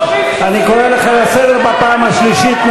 אני קורא אותך לסדר בפעם השלישית.